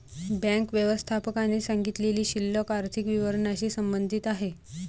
bank व्यवस्थापकाने सांगितलेली शिल्लक आर्थिक विवरणाशी संबंधित आहे